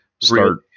start